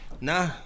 Nah